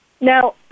Now